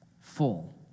full